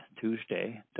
Tuesday